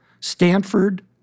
Stanford